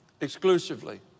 exclusively